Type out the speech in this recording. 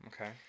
Okay